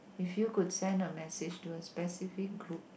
if you could send a message to a specific group